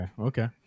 Okay